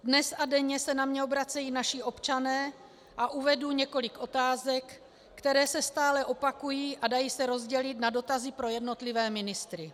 Dnes a denně se na mě obracejí naši občané a uvedu několik otázek, které se stále opakují a dají se rozdělit na dotazy pro jednotlivé ministry.